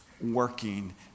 working